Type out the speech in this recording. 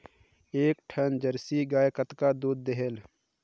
एक ठन जरसी गाय कतका दूध देहेल?